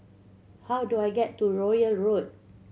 how do I get to Royal Road